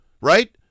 Right